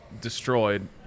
destroyed